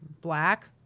black